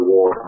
War